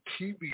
TV